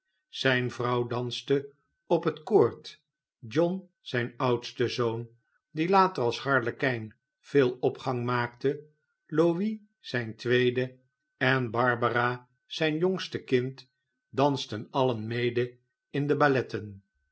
zijne vrouw danste op het koord john zijn oudste zoon die later als harlekijn veel opgang maakte louis zijn tweede en barbara zijn jongste kind dansten alien mede in de balletten